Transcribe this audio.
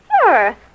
Sure